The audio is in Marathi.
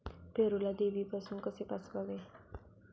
पेरूला देवीपासून कसे वाचवावे?